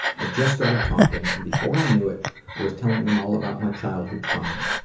i just started talking and before i knew it, i was telling them all about my childhood trauma.